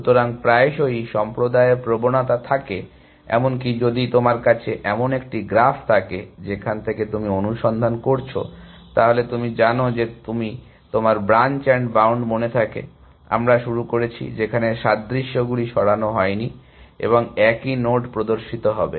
সুতরাং প্রায়শই সম্প্রদায়ের প্রবণতা থাকে এমনকি যদি তোমার কাছে এমন একটি গ্রাফ থাকে যেখান থেকে তুমি অনুসন্ধান করছো তাহলে তুমি জানো যে যদি তোমার ব্রাঞ্চ এন্ড বাউন্ড মনে থাকে আমরা শুরু করেছি যেখানে সাদৃশ্য গুলি সরানো হয়নি এবং একই নোড প্রদর্শিত হবে